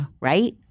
right